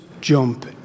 jump